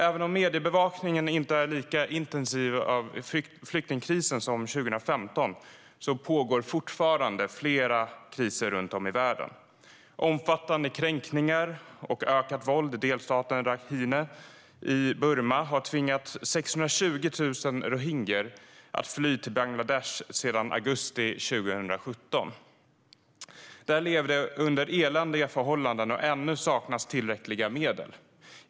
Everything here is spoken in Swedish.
Även om mediebevakningen inte är lika intensiv när det gäller flyktingkrisen som 2015 pågår det fortfarande flera kriser runt om i världen. Omfattande kränkningar och ökat våld i delstaten Rakhine i Burma har tvingat 620 000 rohingyer att fly till Bangladesh sedan augusti 2017. Där lever de under eländiga förhållanden, och ännu saknas tillräckliga medel.